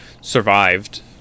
survived